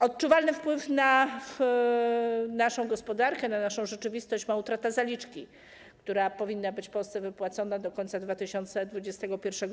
Odczuwalny wpływ na naszą gospodarkę, na naszą rzeczywistość ma utrata zaliczki, która powinna być Polsce wypłacona do końca 2021 r.